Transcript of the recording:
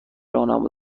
راهنما